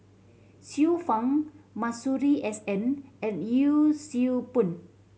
Xiu Fang Masuri S N and Yee Siew Pun